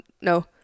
no